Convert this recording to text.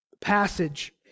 passage